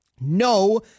no